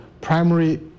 primary